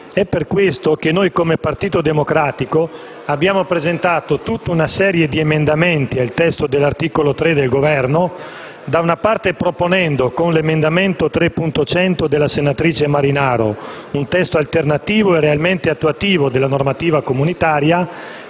È per questo che noi, come Partito Democratico, abbiamo presentato una serie di emendamenti al testo dell'articolo 3 del decreto-legge, da un lato proponendo, con l'emendamento 3.100 della senatrice Marinaro, un testo alternativo e realmente attuativo della normativa comunitaria,